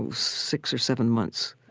six or seven months,